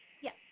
Yes